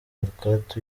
anaclet